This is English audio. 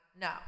No